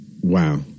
wow